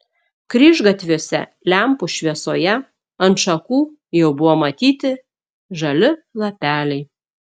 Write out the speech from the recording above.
kryžgatviuose lempų šviesoje ant šakų jau buvo matyti žali lapeliai